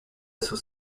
sus